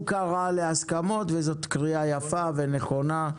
הוא קרא להסכמות וזאת קריאה יפה ונכונה,